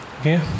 okay